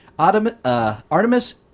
Artemis